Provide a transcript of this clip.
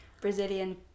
brazilian